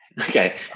okay